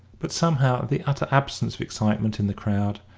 but somehow the utter absence of excitement in the crowd,